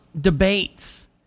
debates